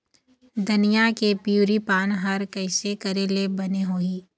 धनिया के पिवरी पान हर कइसे करेले बने होही?